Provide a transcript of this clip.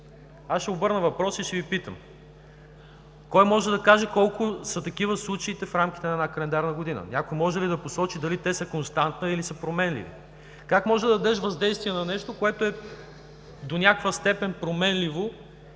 Аз ще обърна въпроса и ще Ви питам: кой може да каже колко са такива случаите в рамките на една календарна година? Някой може ли да посочи дали те са константа или са променливи? Как можеш да дадеш оценка на въздействие на нещо, което е до някаква степен променливо